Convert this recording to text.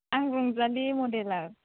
आं रंजालि मडेलार